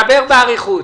דבר באריכות.